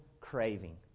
craving